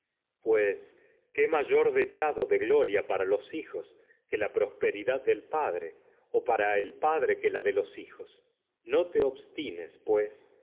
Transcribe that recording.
pues qué mayor dechado de gloria para los para en hijos que la prosperidad del padre o el padre que la de en los hijos no te obstines que pues